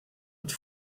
het